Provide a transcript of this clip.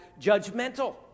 judgmental